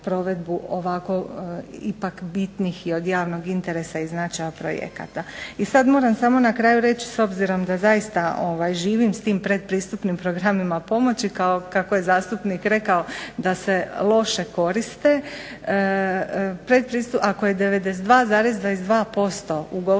I sad moram samo na kraju reći, s obzirom da zaista živim s tim pretpristupnim programima pomoći kao kako je zastupnik rekao da se loše koriste. Ako je 92,22% ugovorenih